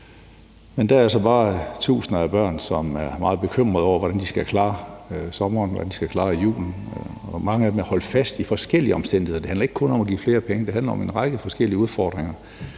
men der er altså bare tusinder af børn, som er meget bekymrede over, hvordan de skal klare sommeren, hvordan de skal klare julen, og mange af dem er holdt fast i forskellige omstændigheder. Det handler ikke kun om at give flere penge. Det handler om en række forskellige udfordringer,